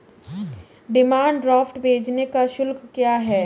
Demand draft भेजने का शुल्क क्या है?